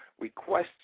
requests